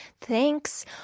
Thanks